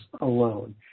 alone